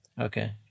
Okay